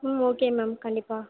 ம் okay ma'am கண்டிப்பாக